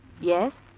Yes